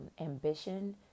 ambition